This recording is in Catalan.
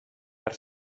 per